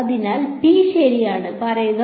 അതിനാൽ p ശരിയാണെന്ന് പറയുക